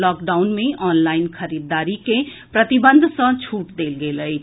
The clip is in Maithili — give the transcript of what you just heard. लॉकडाउन मे ऑनलाईन खरीददारी के प्रतिबंध सँ छूट देल गेल अछि